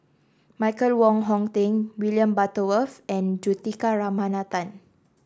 Michael Wong Hong Teng William Butterworth and Juthika Ramanathan